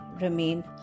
remain